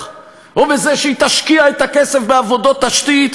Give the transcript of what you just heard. או בזה שהיא תשקיע את הכסף בעבודות תשתית,